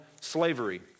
slavery